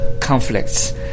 conflicts